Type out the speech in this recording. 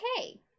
okay